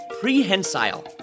prehensile